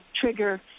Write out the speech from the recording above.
trigger